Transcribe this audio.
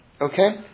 okay